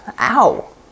Ow